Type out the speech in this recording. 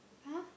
!huh!